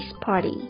party